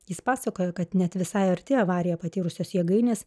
jis pasakoja kad net visai arti avariją patyrusios jėgainės